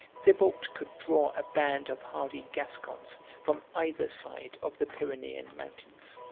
thibaut could draw a band of hardy gascons from either side of the pyrenaean mountains.